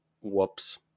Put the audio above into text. whoops